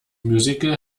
musical